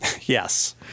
Yes